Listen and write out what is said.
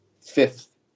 fifth